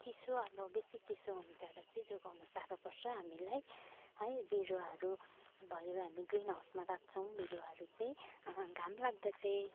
चिसो हाम्रो बेसी चिसो हुन्छ र चाहिँ जोगाउनु साह्रो पर्छ हामीलाई है बिरुवाहरू भयो हामी ग्रिन हाउसमा राख्छौँ बिरुवाहरू चाहिँ घाम लाग्दा चाहिँ